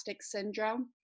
syndrome